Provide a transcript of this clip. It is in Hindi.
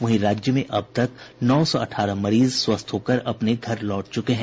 वहीं राज्य में अब तक नौ सौ अठारह मरीज स्वस्थ होकर अपने घर लौट चुके हैं